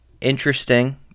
Interesting